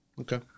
okay